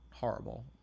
horrible